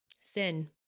sin